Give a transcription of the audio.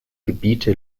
gebiete